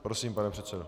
Prosím, pane předsedo.